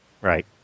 Right